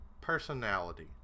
personality